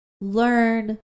learn